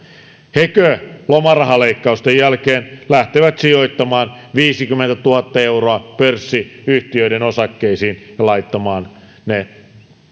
hekö lomarahaleikkausten jälkeen lähtevät sijoittamaan viisikymmentätuhatta euroa pörssiyhtiöiden osakkeisiin ja laittamaan ne